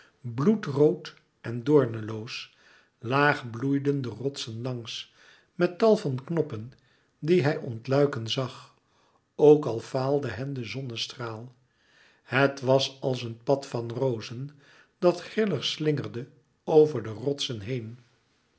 bloedrood en doorneloos laag bloeiden de rotsen langs met tal van knoppen die hij ontluiken zag ook al faalde hen de zonnestraal het was als een pad van rozen dat grillig slingerde over de rotsen heen